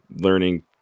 learning